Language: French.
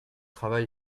travail